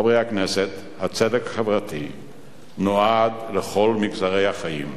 חברי הכנסת, הצדק החברתי נועד לכל מגזרי החיים: